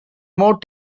more